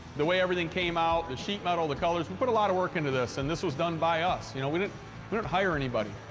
the way everything came out, the sheet metal, the colors. we put a lot of work into this, and this was done by us. you know, we didn't we didn't hire anybody.